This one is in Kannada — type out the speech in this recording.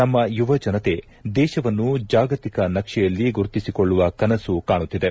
ನಮ್ನ ಯುವಜನತೆ ದೇಶವನ್ನು ಜಾಗತಿಕ ನಕ್ಷೆಯಲ್ಲಿ ಗುರುತಿಸಿಕೊಳ್ಳುವ ಕನಸು ಕಾಣುತ್ತಿದೆ